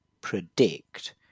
predict